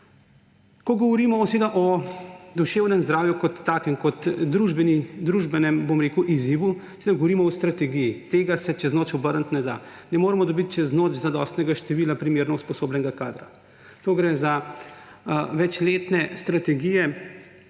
Ko govorimo o duševnem zdravju kot takem, kot družbenem izzivu, seveda govorimo o strategiji. Tega se čez noč obrniti ne da. Ne moremo dobiti čez noč zadostnega števila primerno usposobljenega kadra. Tu gre za večletne strategije